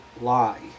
lie